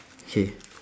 K